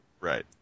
Right